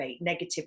negative